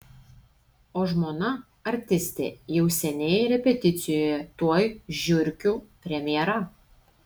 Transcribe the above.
o žmona artistė jau seniai repeticijoje tuoj žiurkių premjera